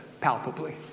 palpably